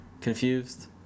confused